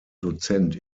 dozent